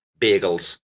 bagels